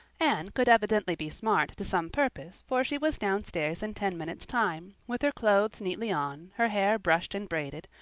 anne could evidently be smart to some purpose for she was down-stairs in ten minutes' time, with her clothes neatly on, her hair brushed and braided,